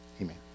amen